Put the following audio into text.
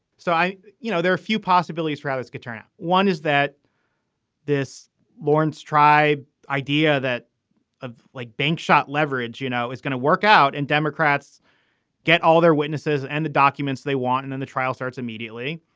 so i know there are few possibilities. rallies get turned on. one is that this laurence tribe idea, that of like bank shot leverage, you know, is going to work out and democrats get all their witnesses and the documents they want. and and the trial starts immediately.